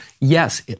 yes